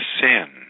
sin